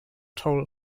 toll